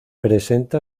presenta